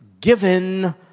given